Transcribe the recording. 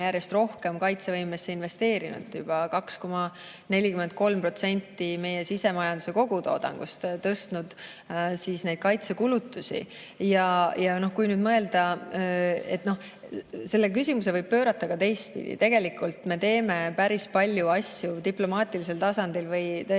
järjest rohkem kaitsevõimesse investeerinud – juba 2,43% meie sisemajanduse kogutoodangust –, suurendanud kaitsekulutusi. Ja kui nüüd mõelda, siis selle küsimuse võib pöörata ka teistpidi. Tegelikult me teeme tõesti päris palju asju diplomaatilisel tasandil kaitsehoiaku